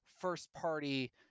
first-party